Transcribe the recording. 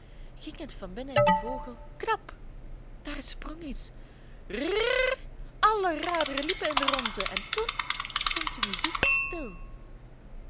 ging het van binnen in den vogel knap daar sprong iets rrrrr alle raderen liepen in de rondte en toen stond de muziek stil